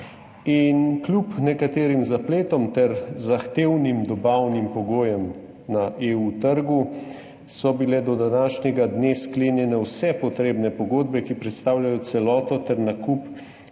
Kljub nekaterim zapletom ter zahtevnim dobavnim pogojem na trgu EU so bile do današnjega dne sklenjene vse potrebne pogodbe, ki predstavljajo celoto ter nakup